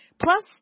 Plus